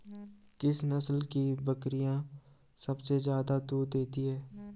किस नस्ल की बकरीयां सबसे ज्यादा दूध देती हैं?